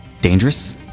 dangerous